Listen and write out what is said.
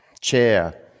chair